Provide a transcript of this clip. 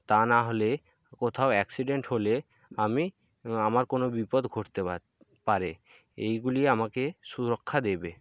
তা না হলে কোথাও অ্যাক্সিডেন্ট হলে আমি আমার কোনো বিপদ ঘটতে পারে এইগুলি আমাকে সুরক্ষা দেবে